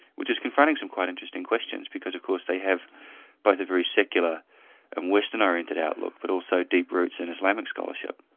which is confronting some quite interesting questions because of course they have both a very secular and western-oriented outlook, but also deep roots in islamic scholarship.